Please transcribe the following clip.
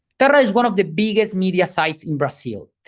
terra is one of the biggest media sites in brazil.